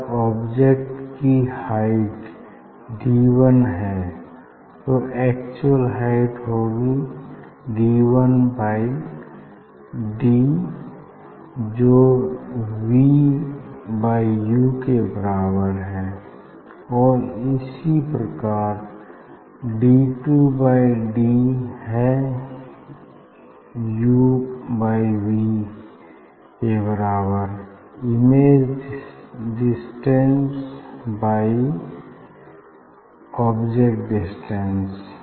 अगर ऑब्जेक्ट की height D one है तो एक्चुअल हाइट होगी डी वन बाई डी जो वी बाई यू के बराबर है और इसी प्रकार डी टू बाई डी है U by V image distance by object distance